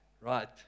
Right